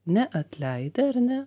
neatleidę ar ne